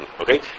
okay